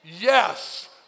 Yes